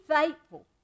faithful